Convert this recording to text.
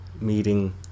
meeting